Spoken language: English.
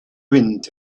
wind